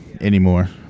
anymore